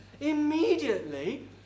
Immediately